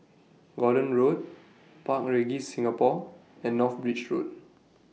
Gordon Road Park Regis Singapore and North Bridge Road